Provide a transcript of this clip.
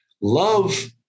love